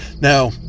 Now